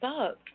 up